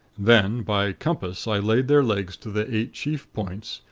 then, by compass, i laid their legs to the eight chief points,